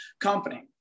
company